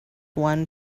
one